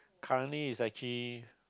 currently it's actually